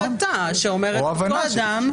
זאת החלטה שאומרת לגבי אותו אדם.